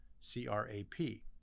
C-R-A-P